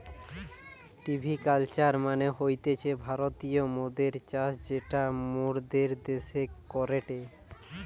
ভিটি culture মানে হতিছে ভারতীয় মদের চাষ যেটা মোরদের দ্যাশে করেটে